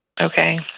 Okay